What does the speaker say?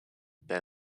than